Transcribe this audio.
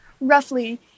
Roughly